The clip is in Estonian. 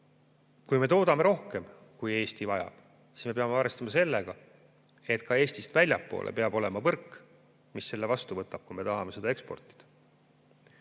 kui me toodame rohkem, kui Eesti vajab, siis peame arvestama sellega, et Eestist väljapool peab olema võrk, mis [ülejäänud energia] vastu võtab, kui tahame seda eksportida.